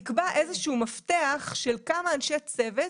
נקבע איזשהו מפתח של כמה אנשי צוות